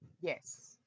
Yes